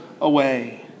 away